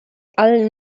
allen